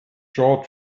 jaw